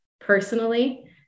personally